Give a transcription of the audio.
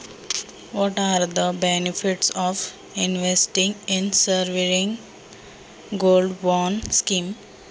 Sovereign gold bond स्कीममध्ये पैसे गुंतवण्याचे फायदे काय आहेत?